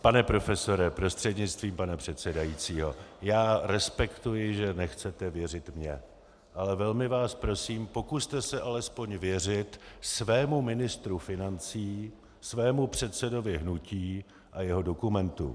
Pane profesore prostřednictvím pana předsedajícího, já respektuji, že nechcete věřit mně, ale velmi vás prosím, pokuste se alespoň věřit svému ministru financí, svému předsedovi hnutí a jeho dokumentu.